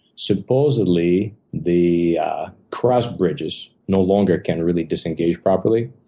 supposedly the cross bridges no longer can really disengage properly.